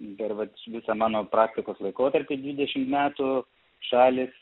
dar vat visą mano praktikos laikotarpį dvidešimt metų šalys